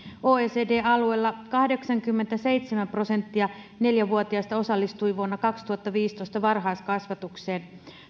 oecd alueella kahdeksankymmentäseitsemän prosenttia neljä vuotiaista osallistui vuonna kaksituhattaviisitoista varhaiskasvatukseen